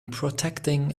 protecting